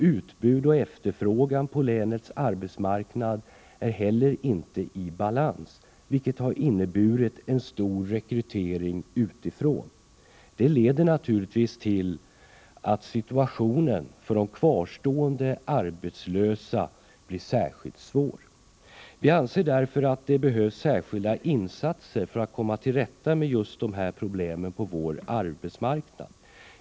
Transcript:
Utbud och efterfrågan på länets arbetsmarknad är inte heller i balans, vilket har inneburit en stor rekrytering utifrån, och det leder naturligtvis till att situationen för de kvarstående arbetslösa blir särskilt svår. Vi anser därför att det behövs särskilda insatser för att komma till rätta med just dessa problem på vår arbetsmarknad.